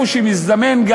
איפה שמזדמן,